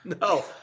No